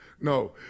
no